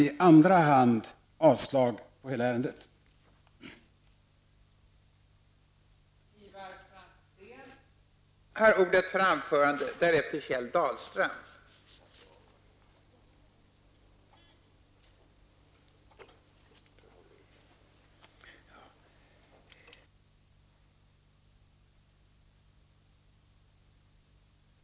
I andra hand yrkar jag avslag på utskottets hemställan i dess helhet när det gäller detta ärende.